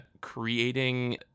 creating